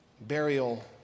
burial